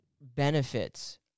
benefits